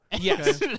yes